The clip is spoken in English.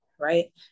right